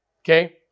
okay